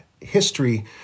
history